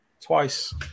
twice